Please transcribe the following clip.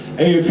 hey